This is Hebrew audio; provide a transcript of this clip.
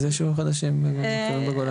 איזה יישובים חדשים בגולן?